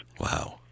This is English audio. Wow